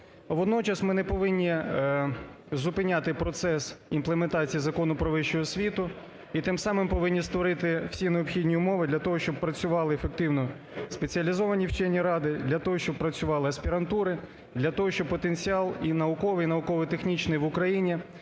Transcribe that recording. Водночас, ми не повинні зупиняти процес імплементації Закону про вищу освіту і тим самим повинні створити всі необхідні умови для того, щоб працювали ефективно спеціалізовані вчені ради, для того, щоб працювали аспірантури, для того, щоб потенціал і науковий, і науково-технічний в Україні,